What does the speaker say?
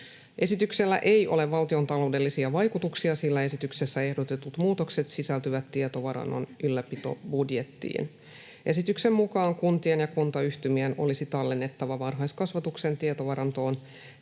Esityksellä ei ole valtiontaloudellisia vaikutuksia, sillä esityksessä ehdotetut muutokset sisältyvät tietovarannon ylläpitobudjettiin. Esityksen mukaan kuntien ja kuntayhtymien olisi tallennettava varhaiskasvatuksen tietovarantoon